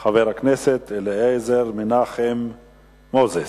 חבר הכנסת אליעזר מנחם מוזס.